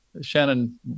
Shannon